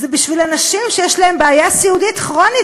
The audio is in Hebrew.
זה בשביל אנשים שיש להם בעיה סיעודית כרונית.